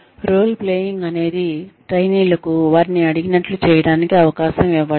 role playing అనేది ట్రైనీలకు వారిని అడిగినట్లు చేయటానికి అవకాశం ఇవ్వబడుతుంది